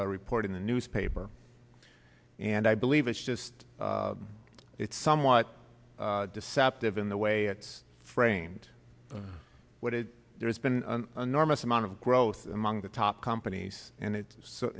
report in the newspaper and i believe it's just it's somewhat deceptive in the way it's framed what it there's been an enormous amount of growth among the top companies and